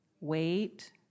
wait